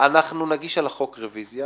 אנחנו נגיש על החוק רוויזיה